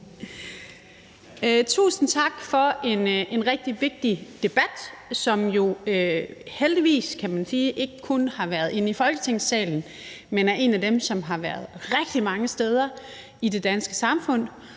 Tusind tak for en rigtig vigtig debat, som jo heldigvis – kan man sige – ikke kun har været herinde i Folketingssalen, men som er en af dem, som har været rigtig mange steder i det danske samfund,